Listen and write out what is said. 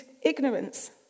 ignorance